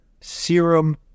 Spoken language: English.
serum